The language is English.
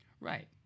Right